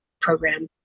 program